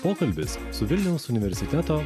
pokalbis su vilniaus universiteto